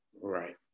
Right